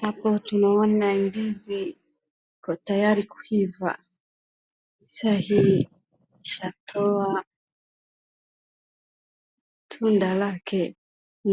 Hapa tunaona ndizi iko tayari kuiva. Sasa hii ishatoa tunda lake,